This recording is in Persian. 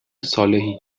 صالحی